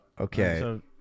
Okay